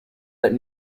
that